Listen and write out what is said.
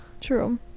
True